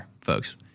folks